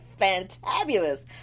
fantabulous